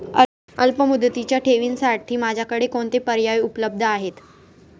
अल्पमुदतीच्या ठेवींसाठी माझ्याकडे कोणते पर्याय उपलब्ध आहेत?